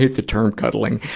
the term cuddling!